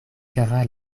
kara